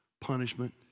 punishment